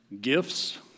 Gifts